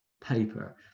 paper